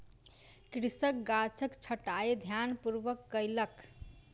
कृषक गाछक छंटाई ध्यानपूर्वक कयलक